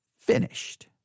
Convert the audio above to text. finished